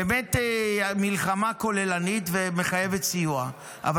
באמת המלחמה כוללנית ומחייבת סיוע אבל